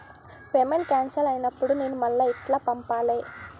Payment cancel అయినపుడు నేను మళ్ళా ఎట్ల పంపాలే?